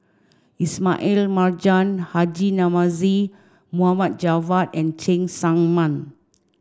Ismail Marjan Haji Namazie Mohd Javad and Cheng Tsang Man